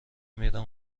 میرن